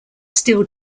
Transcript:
still